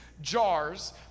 jars